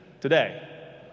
today